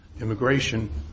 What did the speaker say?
immigration